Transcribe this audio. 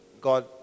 God